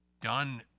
done